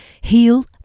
Heal